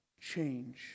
change